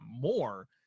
more